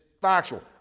factual